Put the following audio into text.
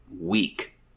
weak